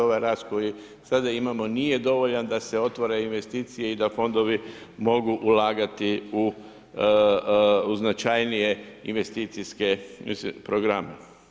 Ovaj rast koji sada imamo nije dovoljan da se otvore investicije i da fondovi mogu ulagati u značajnije investicijske programe.